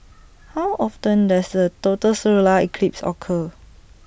how often does A total solar eclipse occur